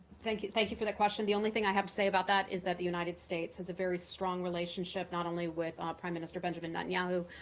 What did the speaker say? thank you thank you for that question. the only thing i have to say about that is that the united states has a very strong relationship not only with um prime minister benjamin netanyahu,